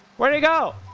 where do you go?